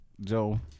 Joe